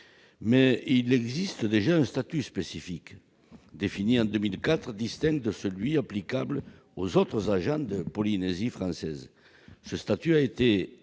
Il existe déjà un statut spécifique, défini en 2004, distinct de celui applicable aux autres agents de la Polynésie française. Ce statut a été